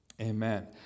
Amen